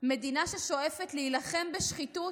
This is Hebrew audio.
מדינה ששואפת להילחם בשחיתות,